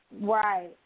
Right